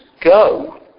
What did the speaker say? go